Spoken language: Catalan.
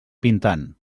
pintant